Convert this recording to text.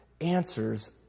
answers